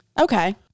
Okay